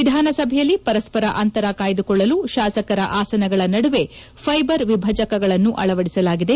ವಿಧಾನಸಭೆಯಲ್ಲಿ ಪರಸ್ಪರ ಅಂತರ ಕಾಯ್ಲುಕೊಳ್ಳಲು ಶಾಸಕರ ಆಸನಗಳ ನಡುವೆ ಫೈಬರ್ ವಿಭಜಕಗಳನ್ನು ಅಳವದಿಸಲಾಗಿದೆ